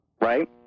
right